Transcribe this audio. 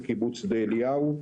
בקיבוץ שדה אליהו,